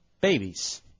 Babies